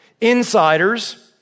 Insiders